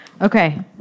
Okay